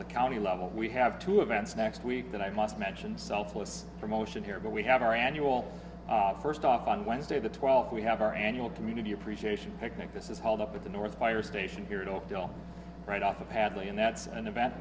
the county level we have two events next week that i must mention selfless promotion here but we have our annual first off on wednesday the twelfth we have our annual community appreciation picnic this is called up at the north fire station here in oak hill right off of hadley and that's an event